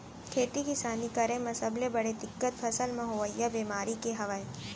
खेती किसानी करे म सबले बड़े दिक्कत फसल म होवइया बेमारी के हवय